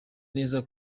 neza